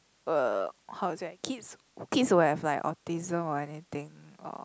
uh how to say kids kids who have like autism or anything or